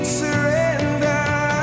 surrender